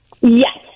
Yes